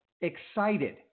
excited